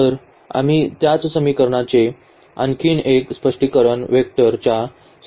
तर आम्ही त्याच समीकरणाचे आणखी एक स्पष्टीकरण व्हेक्टरच्या संदर्भात पाहू